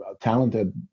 talented